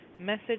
message